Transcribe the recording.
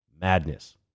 Madness